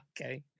okay